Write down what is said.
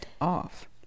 off